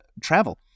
travel